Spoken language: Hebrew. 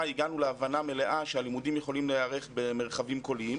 הגענו להבנה מלאה שהלימודים יכולים להיערך במרחבים קוליים,